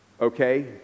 okay